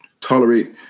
tolerate